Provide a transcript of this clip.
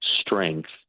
strength